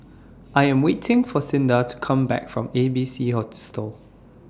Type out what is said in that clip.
I Am waiting For Cinda to Come Back from A B C Hostel